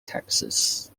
texas